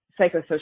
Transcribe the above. psychosocial